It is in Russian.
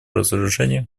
разоружению